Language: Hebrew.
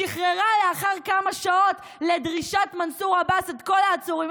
שחררה לאחר כמה שעות לדרישת מנסור עבאס את כל העצורים.